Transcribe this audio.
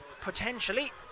potentially